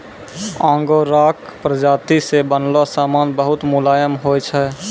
आंगोराक प्राजाती से बनलो समान बहुत मुलायम होय छै